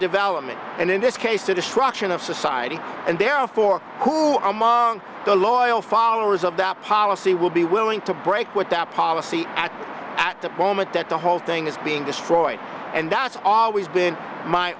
development and in this case the destruction of society and therefore who among the loyal followers of that policy will be willing to break with that policy at the at the moment that the whole thing is being destroyed and that's always been my